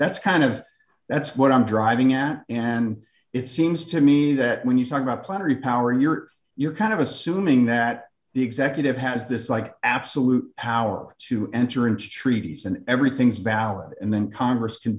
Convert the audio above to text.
that's kind of that's what i'm driving at and it seems to me that when you talk about plenary power and you're you're kind of assuming that the executive has this like absolute power to enter into treaties and everything's valid and then congress to